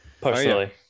personally